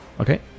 Okay